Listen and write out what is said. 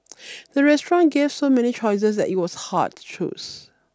the restaurant gave so many choices that it was hard to choose